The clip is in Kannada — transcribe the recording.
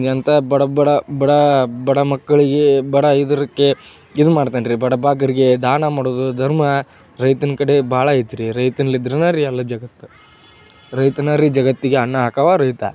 ಎಂಥ ಬಡ ಬಡ ಬಡ ಬಡ ಮಕ್ಕಳಿಗೆ ಬಡ ಇದರ್ಕೇ ಇದು ಮಾಡ್ತಾನ್ರಿ ಬಡಬಗ್ಗರಿಗೆ ದಾನ ಮಾಡೋದು ಧರ್ಮ ರೈತನ ಕಡೆ ಭಾಳ ಆಯ್ತ್ರೀ ರೀ ಎಲ್ಲ ಜಗತ್ತು ರೈತನೇ ರಿ ಜಗತ್ತಿಗೆ ಅನ್ನ ಹಾಕುವ ರೈತ